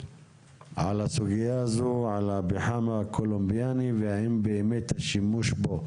לגבי הסוגייה הזאת של הפחם הקולומביאני והאם באמת שימוש בו